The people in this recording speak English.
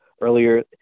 earlier